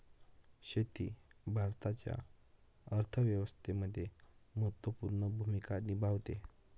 शेती भारताच्या अर्थव्यवस्थेमध्ये महत्त्वपूर्ण भूमिका निभावते